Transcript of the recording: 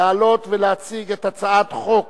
לעלות ולהציג את הצעת חוק